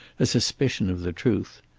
a suspicion of the truth.